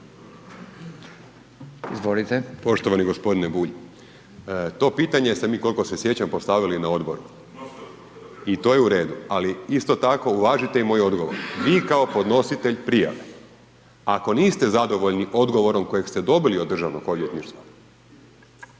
Dražen** Poštovani g. Bulj, to pitanje ste mi koliko se sjećam postavili i na odboru. I to je u redu ali isto tako uvažite i moj odgovor. Vi kao podnositelj prijave ako niste zadovoljni odgovorom kojeg ste dobili od Državnog odvjetništva,